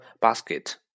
basket